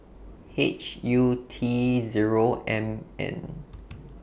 H U T Zero M N